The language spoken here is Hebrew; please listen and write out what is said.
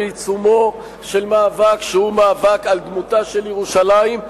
בעיצומו של מאבק שהוא מאבק על דמותה של ירושלים,